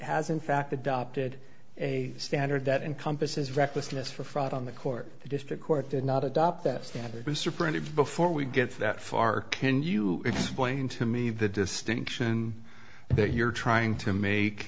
has in fact adopted a standard that encompasses recklessness for fraud on the court the district court did not adopt that standard mr printed before we get that far can you explain to me the distinction that you're trying to make